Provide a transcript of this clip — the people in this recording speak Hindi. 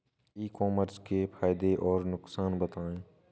ई कॉमर्स के फायदे और नुकसान बताएँ?